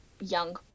young